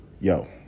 Yo